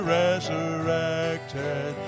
resurrected